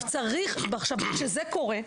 כשזה קורה,